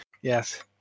Yes